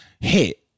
hit